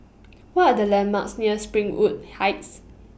What Are The landmarks near Springwood Heights